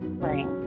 spring